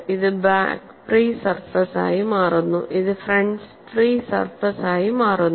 ഇത് back free surface ആയി മാറുന്നു ഇത് ഫ്രണ്ട് ഫ്രീ സർഫസ് ആയി മാറുന്നു